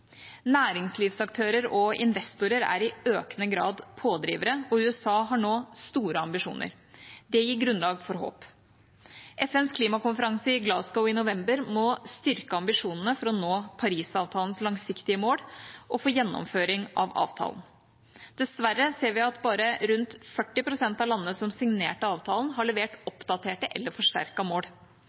Næringslivsaktører og investorer er i økende grad pådrivere, og USA har nå store ambisjoner. Det gir grunnlag for håp. FNs klimakonferanse i Glasgow i november må styrke ambisjonene for å nå Parisavtalens langsiktige mål – og for gjennomføringen av avtalen. Dessverre ser vi at bare rundt 40 pst. av landene som signerte avtalen, har levert oppdaterte eller forsterkede mål.